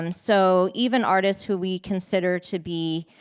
um so even artists who we consider to be,